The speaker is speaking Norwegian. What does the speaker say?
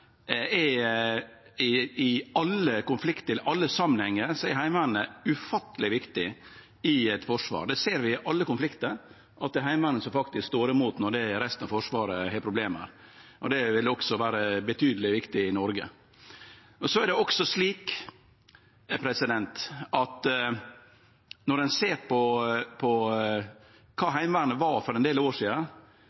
forsvar, i alle konfliktar og alle samanhengar. Det ser vi i alle konfliktar, at det er heimevernet som faktisk står imot når resten av forsvaret har problem. Det vil også vere betydeleg viktig i Noreg. Det er også slik at når ein ser på kva